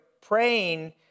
praying